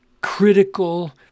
critical